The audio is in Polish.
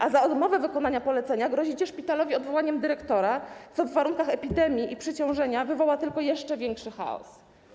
A za odmowę wykonania polecenia grozicie szpitalowi odwołaniem dyrektora, co w warunkach epidemii i spowodowanego nią przeciążenia wywoła tylko jeszcze większy chaos.